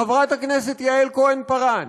חברת הכנסת יעל כהן-פארן,